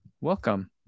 Welcome